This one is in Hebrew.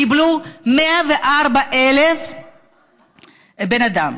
קיבלו 104,000 בני אדם.